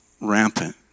rampant